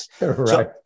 Right